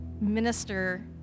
minister